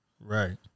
Right